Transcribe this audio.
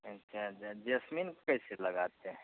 अच्छा जसमीन का कैसे लगाते हैं